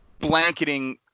blanketing